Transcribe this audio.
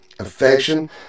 affection